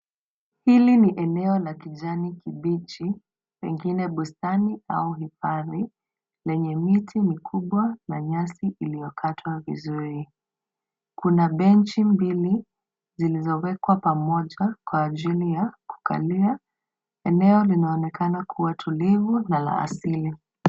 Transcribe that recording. Hili ni eneo la kijani kibichi , pengine bustani au hifadhi, lenye miti mikubwa na nyasi iliyokatwa vizuri. Kuna benchi mbili zilizowekwa pamoja kwa ajili ya kukalia. Eneo linaonekana kuwa tulivu na la asili.